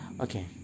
Okay